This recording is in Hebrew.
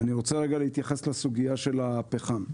אני רוצה להתייחס לסוגיה של הפחם.